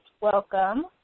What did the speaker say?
Welcome